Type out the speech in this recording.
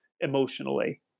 emotionally